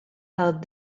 held